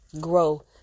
grow